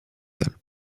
alpes